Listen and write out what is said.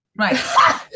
Right